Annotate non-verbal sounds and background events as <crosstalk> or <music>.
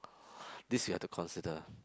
<noise> this you have to consider